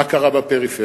מה קרה בפריפריה?